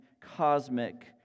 cosmic